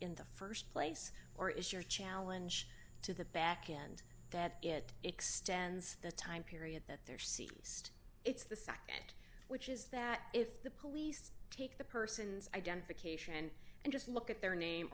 in the st place or is your challenge to the back end that it extends the time period that there ceased it's the nd which is that if the police take the person's identification and just look at their name